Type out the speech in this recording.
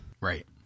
Right